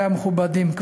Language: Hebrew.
חברי המכובדים,